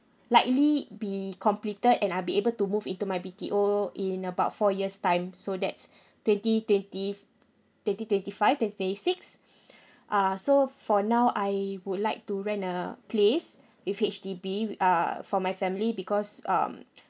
likely be completed and I'll be able to move into my B_T_O in about four years time so that's twenty twenty f~ twenty twenty five twenty twenty six uh so for now I would like to rent a place with H_D_B with uh for my family because um